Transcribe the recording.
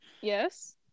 Yes